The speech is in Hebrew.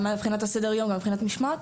גם סדר-יום, גם מבחינת משמעת.